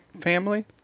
family